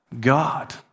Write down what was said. God